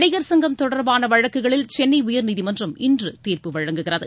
நடிகர் சங்கம் தொடர்பான வழக்குகளில் சென்னை உயர்நீதிமன்றம் இன்று தீர்ப்பு வழங்குகிறது